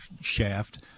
shaft